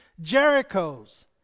Jericho's